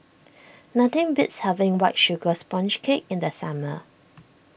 nothing beats having White Sugar Sponge Cake in the summer